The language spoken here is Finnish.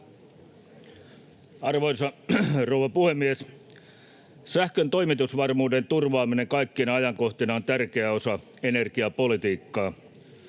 Arvoisa rouva puhemies! Sähkön toimitusvarmuuden turvaaminen kaikkina ajankohtina on tärkeä osa energiapolitiikkaa.